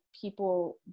people